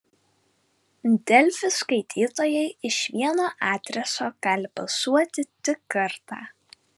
delfi skaitytojai iš vieno adreso gali balsuoti tik kartą